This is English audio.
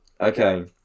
Okay